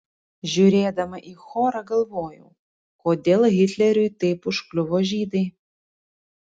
žiūrėdama į chorą galvojau kodėl hitleriui taip užkliuvo žydai